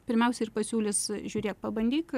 pirmiausia ir pasiūlys žiūrėk pabandyk